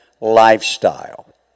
lifestyle